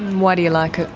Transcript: why do you like it?